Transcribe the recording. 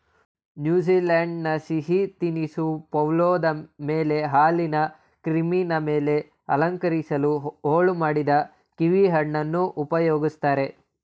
ನ್ಯೂಜಿಲೆಂಡಿನ ಸಿಹಿ ತಿನಿಸು ಪವ್ಲೋವದ ಮೇಲೆ ಹಾಲಿನ ಕ್ರೀಮಿನ ಮೇಲೆ ಅಲಂಕರಿಸಲು ಹೋಳು ಮಾಡಿದ ಕೀವಿಹಣ್ಣನ್ನು ಉಪಯೋಗಿಸ್ತಾರೆ